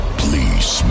please